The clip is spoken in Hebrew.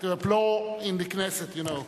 applaud in the Knesset, you know,